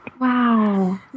Wow